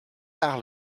tard